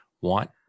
want